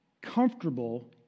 comfortable